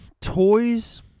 Toys